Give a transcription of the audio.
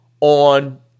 on